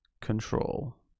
control